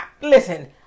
listen